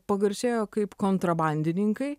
pagarsėjo kaip kontrabandininkai